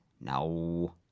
No